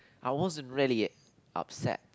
I wasn't really upset